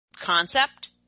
concept